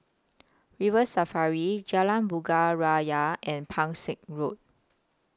River Safari Jalan Bunga Raya and Pang Seng Road